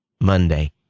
Monday